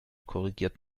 korrigiert